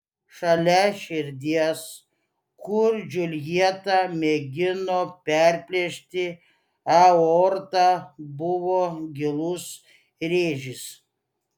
šalia širdies kur džiuljeta mėgino perplėšti aortą buvo gilus rėžis